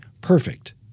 perfect